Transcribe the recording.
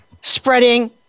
spreading